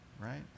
right